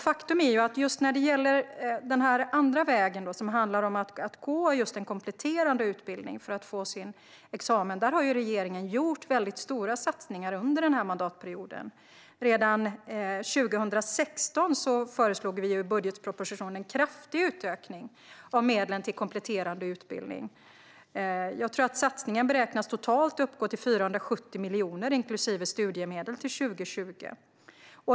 Faktum är att när det gäller den andra vägen - att gå en kompletterande utbildning för att få sin examen - har regeringen gjort stora satsningar under mandatperioden. Redan 2016 föreslog vi i budgetpropositionen en kraftig utökning av medlen till kompletterande utbildning. Satsningen beräknas uppgå till totalt 470 miljoner inklusive studiemedel till år 2020.